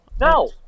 no